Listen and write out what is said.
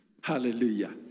Hallelujah